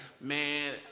man